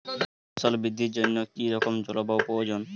ফসল বৃদ্ধির জন্য কী রকম জলবায়ু প্রয়োজন?